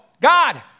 God